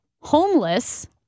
homeless